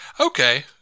Okay